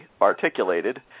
articulated